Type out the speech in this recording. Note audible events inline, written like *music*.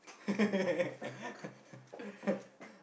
*laughs*